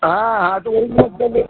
हाँ हाँ तो वही मतलब है